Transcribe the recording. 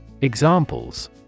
Examples